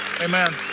Amen